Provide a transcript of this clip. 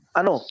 ano